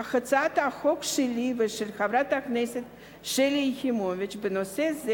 אך הצעת החוק שלי ושל חברת הכנסת שלי יחימוביץ בנושא זה